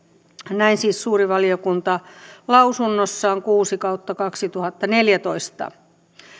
näin siis suuri valiokunta lausunnossaan kuusi kautta kaksituhattaneljätoista